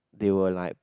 they were like